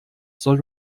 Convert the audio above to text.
soll